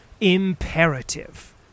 imperative